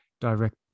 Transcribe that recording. direct